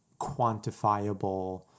quantifiable